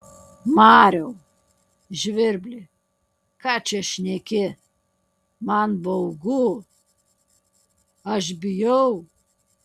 mariau žvirbli ką čia šneki man baugu aš bijau